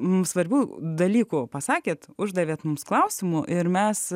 mums svarbių dalykų pasakėte uždavėte mums klausimų ir mes